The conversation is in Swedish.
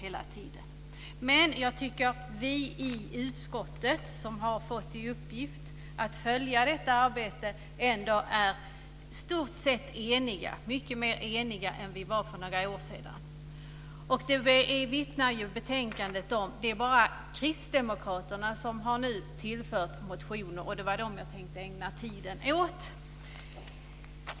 Ändå är vi i utskottet, som har fått i uppgift att följa detta arbete, i stort sett eniga, mycket mer eniga än vi var för några år sedan. Detta vittnar betänkandet om. Det är bara kristdemokraterna som har skrivit reservationer, och det är dem jag tänkt ägna tiden åt.